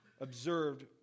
observed